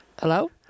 Hello